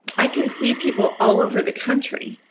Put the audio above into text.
i can see people all over the country.